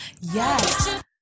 Yes